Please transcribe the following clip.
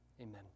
Amen